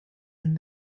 and